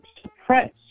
suppress